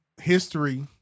history